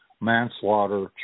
manslaughter